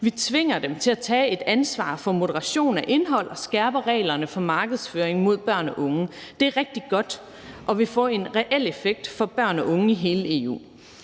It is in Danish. vi tvinger dem til at tage et ansvar for moderation af indhold og skærper reglerne for markedsføring mod børn og unge. Det er rigtig godt, og vi får en reel effekt for børn og unge i hele EU.